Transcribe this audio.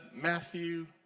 Matthew